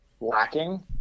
lacking